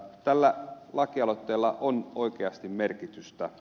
tällä lakialoitteella on oikeasti merkitystä